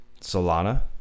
Solana